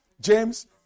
James